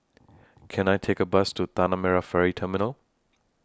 Can I Take A Bus to Tanah Merah Ferry Terminal